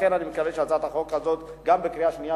לכן אני מקווה שהצעת החוק הזאת תעבור